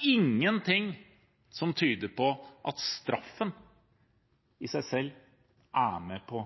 ingenting som tyder på at straffen i seg selv er med på